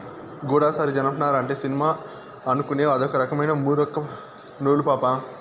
గూడసారి జనపనార అంటే సినిమా అనుకునేవ్ అదొక రకమైన మూరొక్క నూలు పాపా